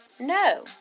No